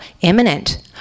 imminent